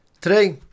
Today